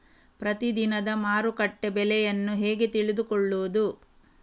ಪ್ರತಿದಿನದ ಮಾರುಕಟ್ಟೆ ಬೆಲೆಯನ್ನು ಹೇಗೆ ತಿಳಿದುಕೊಳ್ಳುವುದು?